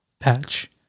patch